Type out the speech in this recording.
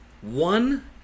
One